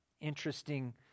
Interesting